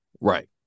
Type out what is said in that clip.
right